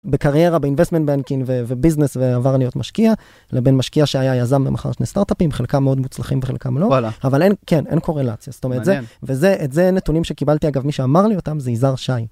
בקריירה באינבסטמנט בנקין ובביזנס, ועבר להיות משקיע, לבין משקיע שהיה יזם ומכר שני סטארט-אפים, חלקם מאוד מוצלחים וחלקם לא. אבל כן, אין קורלציה, זאת אומרת, זה נתונים שקיבלתי, אגב, מי שאמר לי אותם זה יזהר שי.